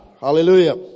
Hallelujah